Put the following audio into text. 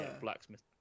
blacksmith